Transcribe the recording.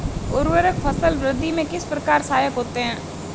उर्वरक फसल वृद्धि में किस प्रकार सहायक होते हैं?